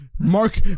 mark